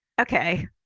Okay